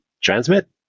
transmit